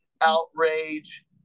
outrage